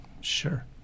Sure